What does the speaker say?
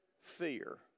fear